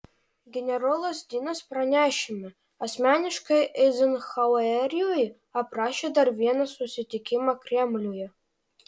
generolas dinas pranešime asmeniškai eizenhaueriui aprašė dar vieną susitikimą kremliuje